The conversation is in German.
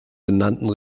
benannten